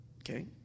Okay